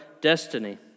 destiny